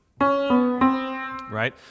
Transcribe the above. right